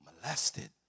molested